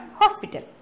hospital